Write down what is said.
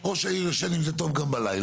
או שהיא יושן עם זה טוב גם בלילה